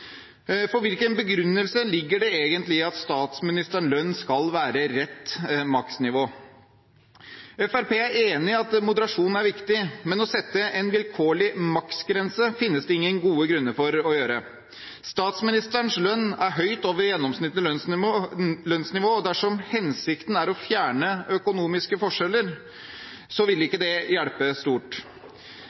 For hvilken begrunnelse ligger det egentlig i at statsministerens lønn skal være rett maksnivå? Fremskrittspartiet er enig i at moderasjon er viktig, men å sette en vilkårlig maksgrense finnes det ingen gode grunner til å gjøre. Statsministerens lønn er høyt over gjennomsnittlig lønnsnivå, og dersom hensikten er å fjerne økonomiske forskjeller, vil ikke det hjelpe stort.